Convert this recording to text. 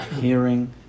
hearing